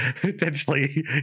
potentially